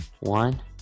one